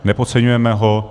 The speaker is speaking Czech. Nepodceňujeme ho.